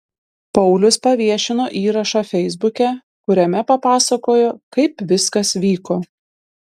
paulius paviešino įrašą feisbuke kuriame papasakojo kaip viskas vyko